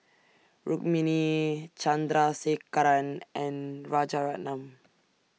Rukmini Chandrasekaran and Rajaratnam